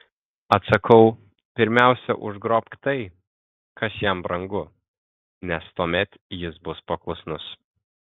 atsakau pirmiausia užgrobk tai kas jam brangu nes tuomet jis bus paklusnus